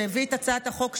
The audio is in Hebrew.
שהביא את הצעת החוק,